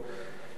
אבל אני,